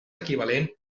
equivalent